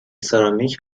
سرامیک